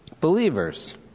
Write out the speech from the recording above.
believers